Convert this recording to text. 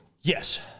Yes